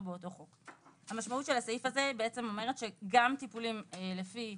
באותו חוק." המשמעות של הסעיף הזה בעצם אומרת שגם טיפולים לפי